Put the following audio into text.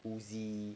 U_Z_I